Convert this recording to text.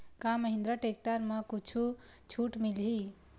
का महिंद्रा टेक्टर म कुछु छुट मिलही?